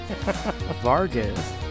Vargas